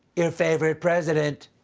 your favorite president!